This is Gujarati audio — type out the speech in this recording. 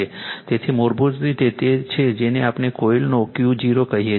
તેથી મૂળભૂત રીતે તે છે જેને આપણે કોઇલનો Q0 કહીએ છીએ